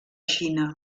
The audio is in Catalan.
xina